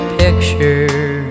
picture